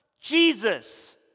Jesus